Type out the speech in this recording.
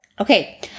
Okay